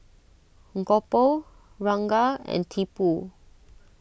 Gopal Ranga and Tipu